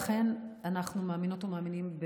אכן אנחנו מאמינות ומאמינים,